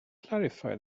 clarify